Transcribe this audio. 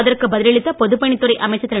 அதற்கு பதில் அளித்த பொதுப்பணித்துறை அமைச்சர் திரு